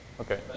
Okay